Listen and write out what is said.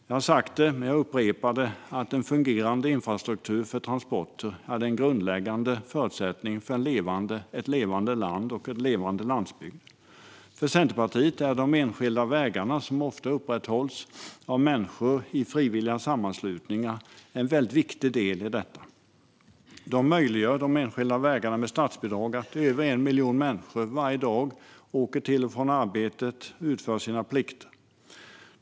Jag har sagt det förut, och jag upprepar det: En fungerande infrastruktur för transporter är den grundläggande förutsättningen för ett levande land och en levande landsbygd. För Centerpartiet är de enskilda vägarna, som ofta upprätthålls av människor i frivilliga sammanslutningar, en väldigt viktig del i detta. De enskilda vägarna med statsbidrag möjliggör att över 1 miljon människor varje dag åker till och från arbetet och utför sina plikter.